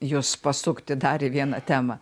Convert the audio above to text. jus pasukti dar į vieną temą